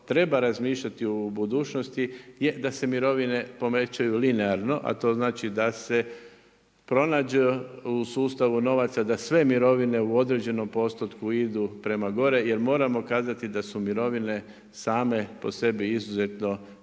treba razmišljati u budućnosti je da se mirovine povećaju linearno, a to znači da se pronađe u sustavu novaca da sve mirovine u određenom postotku idu prema gore jel moramo kazati da su mirovine same po sebi izuzetno